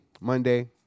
Monday